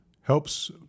helps